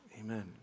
Amen